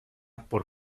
por